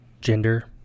gender